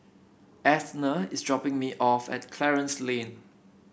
Athena is dropping me off at Clarence Lane